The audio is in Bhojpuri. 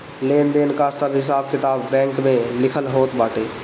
लेन देन कअ सब हिसाब किताब बैंक में लिखल होत बाटे